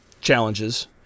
challenges